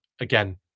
again